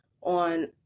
on